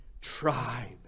tribe